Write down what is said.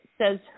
says